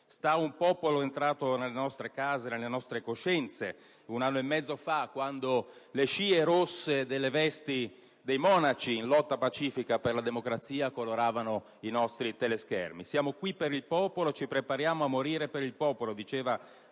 sta un popolo entrato nelle nostre case e nelle nostre coscienze un anno e mezzo fa, quando le scie rosse delle vesti dei monaci in lotta pacifica per la democrazia coloravano i nostri teleschermi. «Siamo qui per il popolo. Ci prepariamo a morire per il popolo», diceva